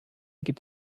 gibt